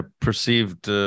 Perceived